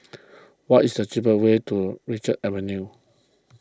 what is the cheapest way to Richards Avenue